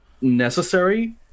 necessary